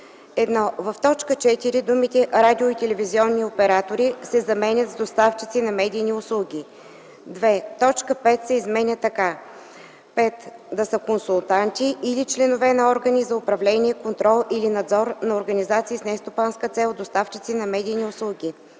1. В т. 4 думите „радио- и телевизионни оператори” се заменят с „доставчици на медийни услуги”. 2. Точка 5 се изменя така: „5. да са консултанти или членове на органи за управление, контрол или надзор на организации с нестопанска цел – доставчици на медийни услуги;”.